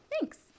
Thanks